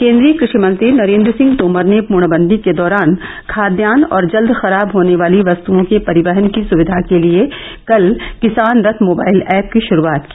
केन्द्रीय कृषि मंत्री नरेन्द्र सिंह तोमर ने पूर्णबंदी के दौरान खाद्यान्न और जल्द खराब होनी वाली वस्त्ओं के परिवहन की सुविधा के लिए कल किसान ख मोबाइल ऐप की शुरूआत की